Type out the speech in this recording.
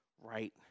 right